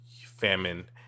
famine